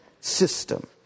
system